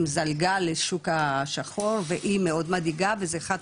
זלגה לשוק השחור והיא מאוד מדאיגה וזה אחת